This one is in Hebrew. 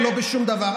ולא בשום דבר.